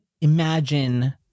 imagine